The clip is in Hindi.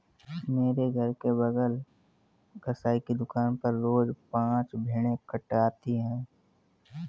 मेरे घर के बगल कसाई की दुकान पर रोज पांच भेड़ें कटाती है